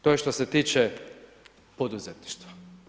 To je šta se tiče poduzetništva.